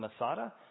Masada